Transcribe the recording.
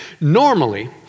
normally